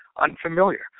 unfamiliar